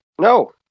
No